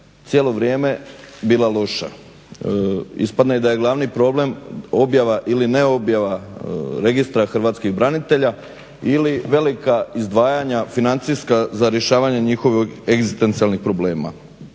cijelo vrijeme bila loša. Ispadne da je glavni problem objava ili ne objava Registra hrvatskih branitelja ili velika izdvajanja financijska za rješavanje njihovih egzistencijalnih problema.